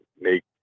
make